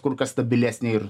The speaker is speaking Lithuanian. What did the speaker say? kur kas stabilesnė ir